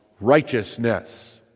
righteousness